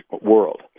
world